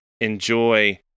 enjoy